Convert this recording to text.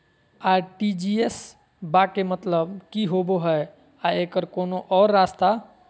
RTGS बा के मतलब कि होबे हय आ एकर कोनो और रस्ता?